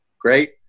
great